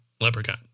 leprechaun